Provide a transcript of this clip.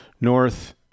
north